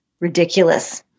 ridiculous